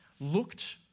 looked